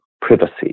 privacy